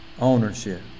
ownership